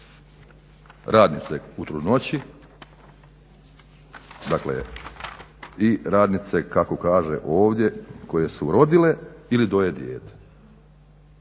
radnice u trudnoći dakle i radnice kako kaže ovdje koje su rodile ili doje dijete.